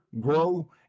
grow